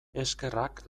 eskerrak